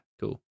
Cool